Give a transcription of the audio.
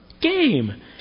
game